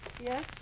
Yes